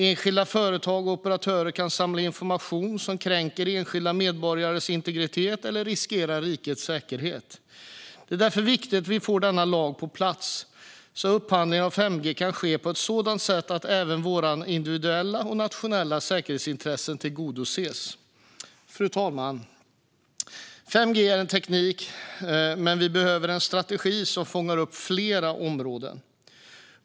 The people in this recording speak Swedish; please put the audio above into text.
Enskilda företag och operatörer kan samla information som kränker enskilda medborgares integritet eller riskerar rikets säkerhet. Det är därför viktigt att vi får denna lag på plats så att upphandlingar av 5G kan ske på ett sådant sätt att även våra individuella och nationella säkerhetsintressen tillgodoses. Fru talman! 5G är en teknik, men vi behöver en strategi som fångar upp flera områden.